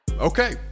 Okay